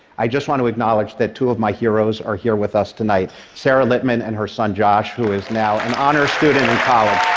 i just want to acknowledge that two of my heroes are here with us tonight. sarah littman and her son josh, who is now an honors student in college.